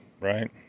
right